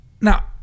now